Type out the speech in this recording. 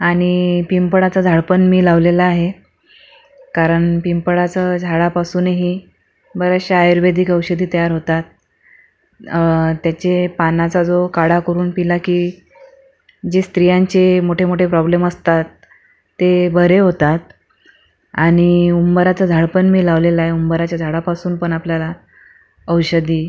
आणि पिंपळाचं झाडपण मी लावलेलं आहे कारण पिंपळाचं झाडापासूनही बऱ्याचशा आयुर्वेदिक औषधी तयार होतात त्याचे पानाचा जो काढा करून प्यायला की जे स्त्रियांचे मोठेमोठे प्रॉब्लेम असतात ते बरे होतात आणि उंबराचं झाडपण मी लावलेलं आहे उंबराच्या झाडापासून पण आपल्याला औषधी